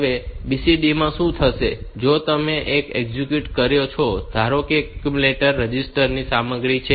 હવે BCD માં શું થશે કે જો તમે તેને એક્ઝિક્યુટ કરો તો ધારો કે આ એક્યુમ્યુલેટર રજિસ્ટર ની સામગ્રી છે